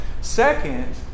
Second